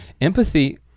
empathy